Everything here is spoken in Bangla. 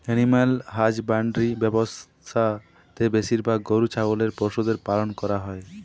এনিম্যাল হ্যাজব্যান্ড্রি ব্যবসা তে বেশিরভাগ গরু ছাগলের পশুদের পালন করা হই